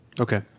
Okay